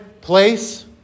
place